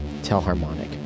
telharmonic